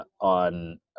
on